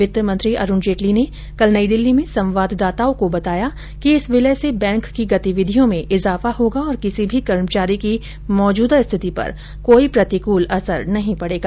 वित्तमंत्री अरूण जेटली ने कल नई दिल्ली में संवाददाताओं को बताया कि इस विलय से बैंक की गतिविधियों में इजाफा होगा और किसी भी कर्मचारी की मौजूदा स्थिति पर कोई प्रतिकूल असर नहीं पड़ेगा